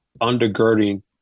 undergirding